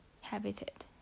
Habitat